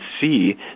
see